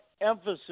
Emphasis